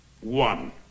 One